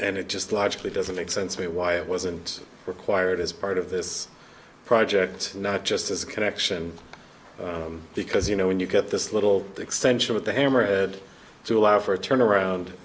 and it just logically doesn't make sense why it wasn't required as part of this project and not just as a connection because you know when you get this little extension of the hammerhead to allow for a turnaround